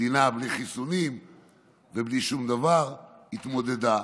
מדינה בלי חיסונים ובלי שום דבר, והתמודדה.